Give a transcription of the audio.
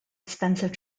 expensive